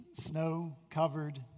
snow-covered